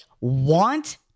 want